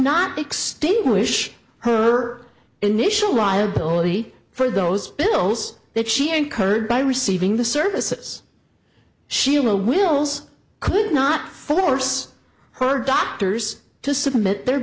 not extinguish her initial raw ability for those bills that she incurred by receiving the services sheila wills could not force her doctors to submit their